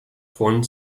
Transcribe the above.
von